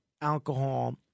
alcohol